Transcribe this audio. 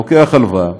לוקח הלוואה,